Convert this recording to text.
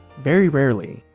very rarely.